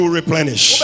replenish